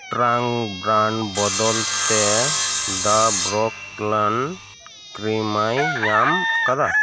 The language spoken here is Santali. ᱴᱟᱝ ᱵᱨᱟᱱᱰ ᱵᱚᱫᱚᱞᱛᱮ ᱫᱟ ᱵᱨᱚᱠᱞᱤᱱ ᱠᱨᱤᱢᱮᱨᱤ ᱧᱟᱢ ᱟᱠᱟᱫᱟ